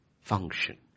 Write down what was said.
function